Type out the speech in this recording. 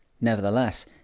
Nevertheless